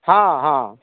हँ हँ